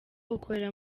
ukorera